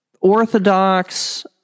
orthodox